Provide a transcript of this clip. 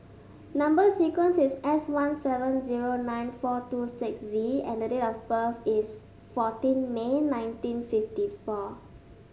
number sequence is S one seven zero nine four two six Z and the date of birth is fourteen May nineteen fifty four